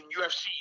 UFC